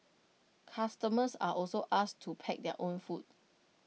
customers are also asked to pack their own food